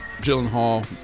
gyllenhaal